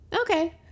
Okay